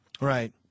Right